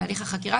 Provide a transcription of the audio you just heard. בהליך החקירה,